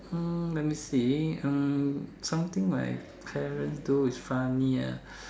hmm let me see hmm) something my parents do is funny ah